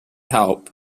help